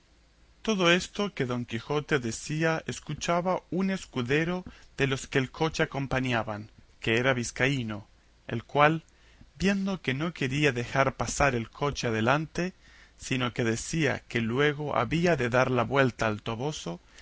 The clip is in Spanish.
todo esto que don quijote decía escuchaba un escudero de los que el coche acompañaban que era vizcaíno el cual viendo que no quería dejar pasar el coche adelante sino que decía que luego había de dar la vuelta al toboso